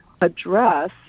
address